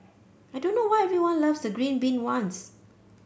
I don't know why everyone loves the green bean ones